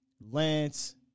Lance